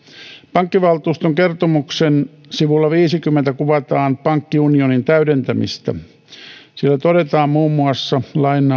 pankkivaltuuston kertomuksen sivulla viiteenkymmeneen kuvataan pankkiunionin täydentämistä siellä todetaan muun muassa